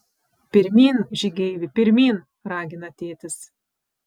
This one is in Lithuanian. pirmyn žygeivi pirmyn ragina tėtis